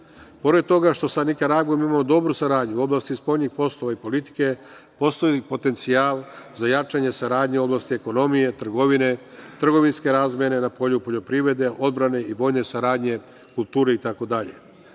toga što sa Nikaragvom imamo dobru saradnju u oblasti spoljnih poslova i politike, postoji potencijal za jačanje saradnje u oblasti ekonomije, trgovine, trgovinske razmene na polju poljoprivrede, odbrane i vojne saradnje, kulture